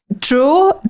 True